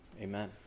amen